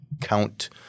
count